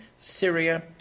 Syria